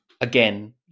again